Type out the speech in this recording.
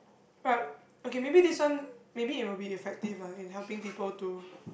but okay maybe this one maybe it will be effective lah in helping people to